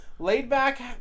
Laid-back